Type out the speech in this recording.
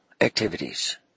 activities